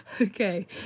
okay